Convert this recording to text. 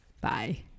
Bye